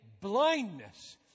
blindness